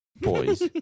boys